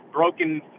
broken